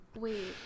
Wait